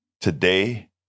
today